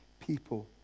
people